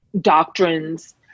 Doctrines